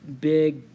big